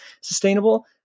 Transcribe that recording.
sustainable